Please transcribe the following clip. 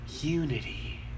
Unity